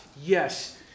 Yes